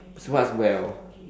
so what's well